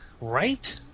right